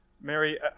Mary